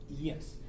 yes